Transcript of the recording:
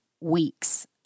weeks